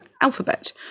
alphabet